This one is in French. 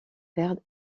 perdent